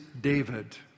David